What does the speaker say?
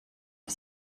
auf